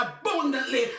abundantly